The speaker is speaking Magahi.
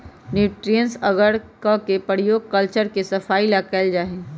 न्यूट्रिएंट्स अगर के प्रयोग कल्चर के सफाई ला कइल जाहई